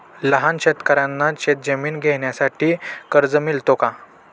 लहान शेतकऱ्यांना शेतजमीन घेण्यासाठी कर्ज मिळतो का?